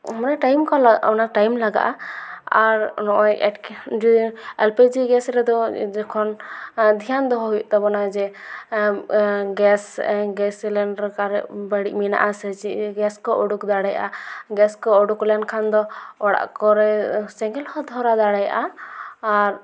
ᱢᱟᱱᱮ ᱴᱟᱭᱤᱢ ᱠᱚ ᱞᱟᱜᱟᱜᱼᱟ ᱚᱱᱟ ᱴᱟᱭᱤᱢ ᱞᱟᱜᱟᱜᱼᱟ ᱟᱨ ᱱᱚᱜᱼᱚᱸᱭ ᱮᱴᱠᱮ ᱰᱩᱭᱮ ᱮᱞ ᱯᱤ ᱡᱤ ᱜᱮᱥ ᱨᱮᱫᱚ ᱡᱚᱠᱷᱚᱱ ᱫᱷᱮᱭᱟᱱ ᱫᱚᱦᱚ ᱦᱩᱭᱩᱜ ᱛᱟᱵᱚᱱᱟ ᱡᱮ ᱜᱮᱥ ᱜᱮᱥ ᱥᱤᱞᱤᱱᱰᱟᱨ ᱠᱟᱨᱮ ᱵᱟᱹᱲᱤᱡ ᱢᱮᱱᱟᱜᱼᱟ ᱥᱮ ᱪᱮᱫ ᱜᱮᱥ ᱠᱚ ᱚᱰᱩᱠ ᱫᱟᱲᱮᱭᱟᱜᱼᱟ ᱜᱮᱥ ᱠᱚ ᱚᱰᱩᱠ ᱞᱮᱱᱠᱷᱟᱱ ᱫᱚ ᱚᱲᱟᱜ ᱠᱚᱨᱮ ᱥᱮᱸᱜᱮᱞ ᱦᱚᱸ ᱫᱷᱚᱨᱟᱣ ᱫᱟᱲᱮᱜᱼᱟ ᱟᱨ